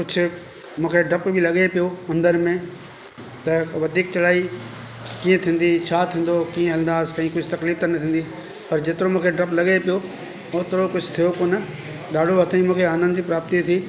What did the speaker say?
कुझु मूंखे डप बि लॻे पियो उंदर में त वधीक चढ़ाई कीअं थींदी छा थींदो कीअं हलंदासीं पई कुझु तकलीफ़ त न थींदी पर जेतिरो मूंखे डपु लॻे पियो होतिरो कुझु थियो कोन ॾाढो अथई मूंखे आनंद जी प्राप्ती थी